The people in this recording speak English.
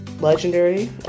Legendary